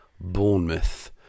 Bournemouth